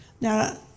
Now